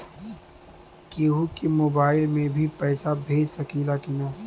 केहू के मोवाईल से भी पैसा भेज सकीला की ना?